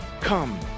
Come